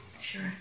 Sure